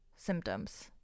symptoms